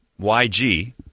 YG